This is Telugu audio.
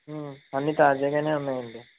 అన్నీ తాజాగా ఉన్నాయండి